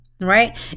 right